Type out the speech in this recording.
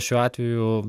šiuo atveju